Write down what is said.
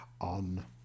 on